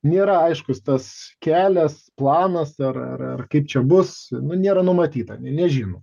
nėra aiškus tas kelias planas ar ar kaip čia bus nu nėra numatyta nė nežino